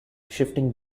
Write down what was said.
shifting